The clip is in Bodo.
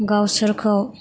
गावसोरखौ